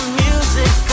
music